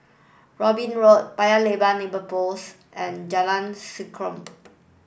Robin Road Paya Lebar Neighbour Post and Jalan Serengam